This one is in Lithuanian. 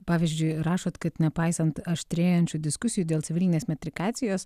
pavyzdžiui rašot kad nepaisant aštrėjančių diskusijų dėl civilinės metrikacijos